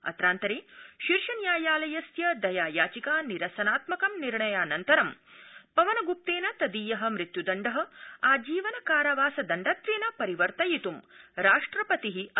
अत्रान्तरे शीर्षन्यायालयरस्य दया याचिका निरसनात्मकं निर्णयानन्तरं पवनग्रंतेन तदीय मृत्युदण्ड आजीवन कारावास दण्डत्वेन परिवर्तयितुं राष्ट्रपति अध्यर्थितोऽस्ति